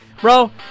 Bro